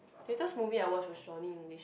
latest movie I watch was Johnny English